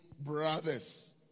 brothers